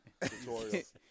Tutorials